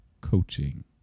Coaching